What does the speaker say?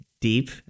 deep